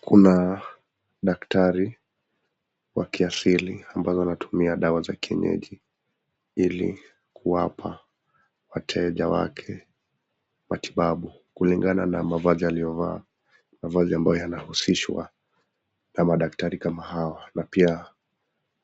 Kuna daktari wa kiasili ambaye anatumia dawa za kienyeji, ili kuwapa wateja wake matibabu. Kulingana na mavazi aliyevaa, mavazi ambayo yanahusishwa na madaktari kama hao. Na pia